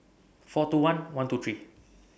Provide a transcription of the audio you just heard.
four two one one two three